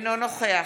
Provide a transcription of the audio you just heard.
אינו נוכח